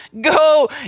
go